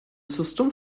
system